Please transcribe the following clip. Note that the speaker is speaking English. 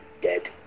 dead